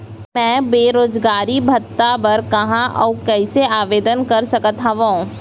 मैं बेरोजगारी भत्ता बर कहाँ अऊ कइसे आवेदन कर सकत हओं?